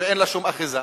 ואין לה שום אחיזה.